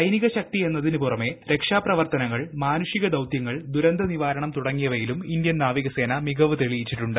സൈനികശക്തി എന്നതിന് പുറമെ രക്ഷാപ്രവർത്തനങ്ങൾ മാനുഷിക ദൌത്യങ്ങൾ ദുരന്തനിവാരണം തുടങ്ങിയവയിലും ഇന്ത്യൻ നാവിക സേന മികവ് തെളിയിച്ചിട്ടുണ്ട്